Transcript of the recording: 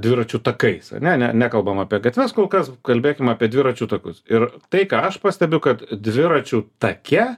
dviračių takais ane ne nekalbam apie gatves kol kas kalbėkim apie dviračių takus ir tai ką aš pastebiu kad dviračių take